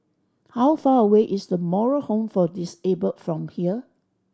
how far away is The Moral Home for Disabled from here